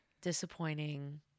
disappointing